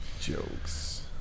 jokes